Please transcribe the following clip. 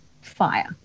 fire